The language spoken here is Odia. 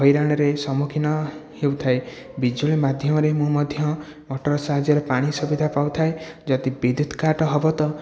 ହଇରାଣରେ ସମ୍ମୁଖୀନ ହେଉଥାଏ ବିଜୁଳି ମାଧ୍ୟମରେ ମୁଁ ମଧ୍ୟ ମଟର ସାହାଯ୍ୟରେ ପାଣି ସୁବିଧା ପାଉଥାଏ ଯଦି ବିଦ୍ୟୁତ କାଟ ହେବ ତ